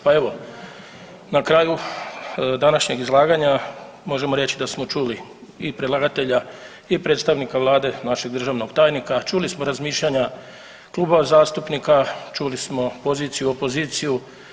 Pa evo na kraju današnjeg izlaganja možemo reći da smo čuli i predlagatelja, i predstavnika Vlade našeg državnog tajnika, čuli smo razmišljanja klubova zastupnika, čuli smo poziciju, opoziciju.